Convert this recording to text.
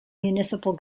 municipal